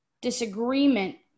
disagreement